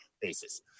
basis